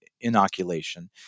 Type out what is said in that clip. inoculation